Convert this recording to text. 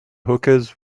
hookahs